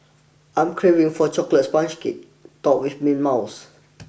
I am craving for a Chocolate Sponge Cake topped with mint mousse